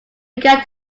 began